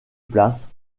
places